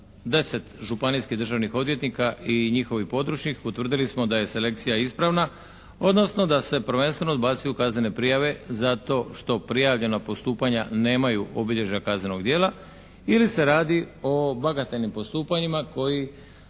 deset županijskih državnih odvjetnika i njihovih područnih i utvrdili smo da je selekcija ispravna odnosno da se prvenstveno odbacuju kaznene prijave zato što prijavljena postupanja nemaju obilježja kaznenog djela, ili se radi o bagatelnim postupanjima koji